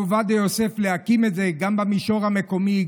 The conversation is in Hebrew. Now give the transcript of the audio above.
עובדיה יוסף להקים את זה גם במישור המקומי,